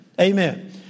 Amen